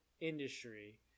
Industry